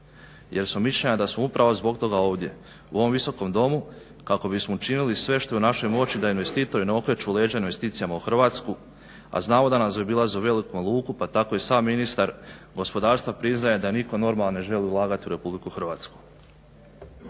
jer smo mišljenja da smo upravo zbog toga ovdje u ovom Visokom domu kako bismo učinili sve što je u našoj moći da investitori ne okreću leđa investicijama u Hrvatsku, a znamo da nas zaobilaze u velikom luku. Pa tako i sam ministar gospodarstva priznaje da nitko normalan ne želi ulagati u RH. Isto tako